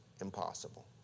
impossible